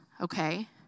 Okay